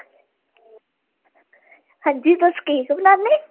हां जी तुस केक बनान्ने